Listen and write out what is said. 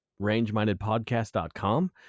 rangemindedpodcast.com